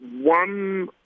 One